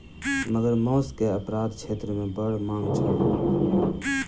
मगर मौस के अपराध क्षेत्र मे बड़ मांग छल